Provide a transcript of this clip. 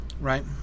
right